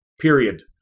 period